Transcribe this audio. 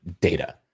data